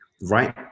right